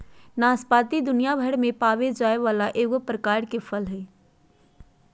नाशपाती दुनियाभर में पावल जाये वाला एगो प्रकार के फल हइ